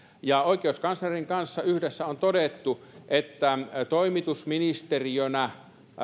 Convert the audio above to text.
ja oikeuskanslerin kanssa yhdessä on todettu että toimitusministeristössä